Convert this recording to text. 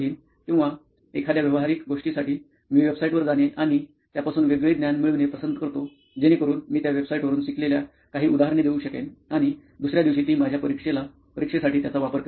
किंवा एखाद्या व्यावहारिक गोष्टीसाठी मी वेबसाईटवर जाणे आणि त्यापासून वेगळे ज्ञान मिळविणे पसंत करतो जेणेकरून मी त्या वेबसाइट वरून शिकलेल्या काही उदाहरणे देऊ शकेन आणि दुसर्या दिवशी ती माझ्या परीक्षेला साठी त्याचा वापर कारेन